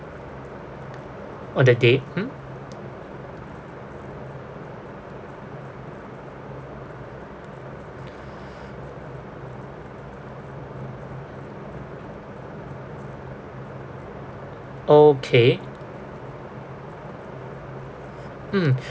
oh the date hmm okay mm